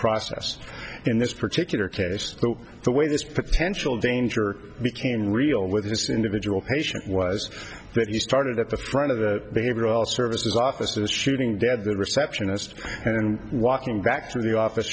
process in this particular case but the way this potential danger became real with this individual patient was that he started at the front of the behavioral services offices shooting dead the receptionist and walking back to the office